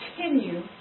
continue